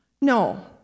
no